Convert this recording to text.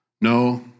No